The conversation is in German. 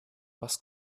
was